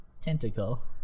tentacle